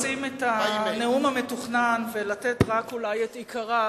לשים את הנאום המתוכנן ולתת אולי רק את עיקריו,